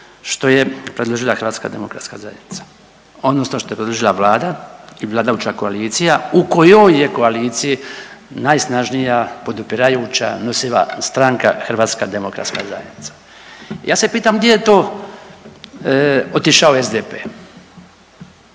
što je predložila HDZ odnosno što je predložila Vlada i vladajuća koalicija u kojoj je koaliciji najsnažnija podupirajuća nosiva stranka HDZ. Ja se pitam gdje je to otišao SDP?